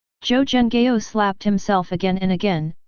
zhou zhenghao slapped himself again and again,